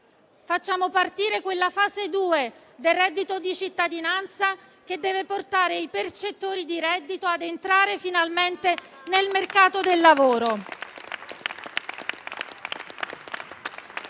Facciamo partire quella fase 2 del reddito di cittadinanza che deve portare i percettori di reddito ad entrare finalmente nel mercato del lavoro.